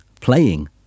playing